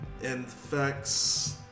infects